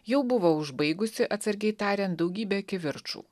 jau buvo užbaigusi atsargiai tariant daugybę kivirčų